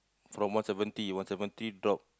from one seventy one seventy drop